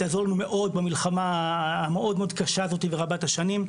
תעזור לנו מאוד במלחמה המאוד מאוד קשה הזאת ורבת השנים.